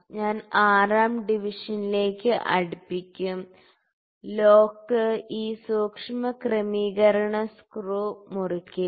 ഞാൻ ആറാം ഡിവിഷനിലേക്ക് അടുപ്പിക്കും ലോക്ക് ഈ സൂക്ഷ്മ ക്രമീകരണ സ്ക്രൂ മുറിക്കുക